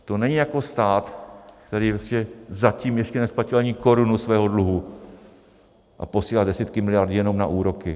To není jako stát, který zatím ještě nesplatil ani korunu svého dluhu a posílá desítky miliard jenom na úroky.